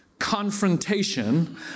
Confrontation